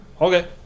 okay